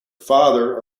father